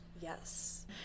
Yes